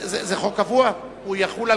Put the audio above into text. כדי שכולם